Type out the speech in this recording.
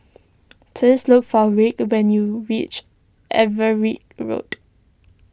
please look for Wirt when you reach Everitt Road